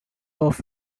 off